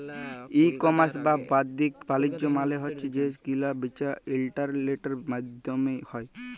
ই commerce বা বাদ্দিক বালিজ্য মালে হছে যে কিলা বিচা ইলটারলেটের মাইধ্যমে হ্যয়